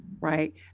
right